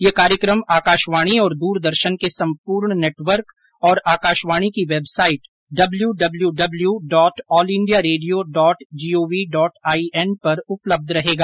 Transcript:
यह कार्यक्रम आकाशवाणी और द्रदर्शन के सम्पूर्ण नेटवर्क और आकाशवाणी की website W W dot all India radio dot gov dot I N पर उपलब्ध रहेगा